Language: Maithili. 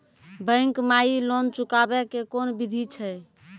बैंक माई लोन चुकाबे के कोन बिधि छै?